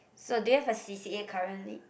so do you have a C_C_A currently